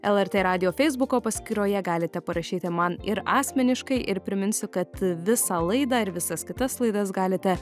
lrt radijo feisbuko paskyroje galite parašyti man ir asmeniškai ir priminsiu kad visą laidą ir visas kitas laidas galite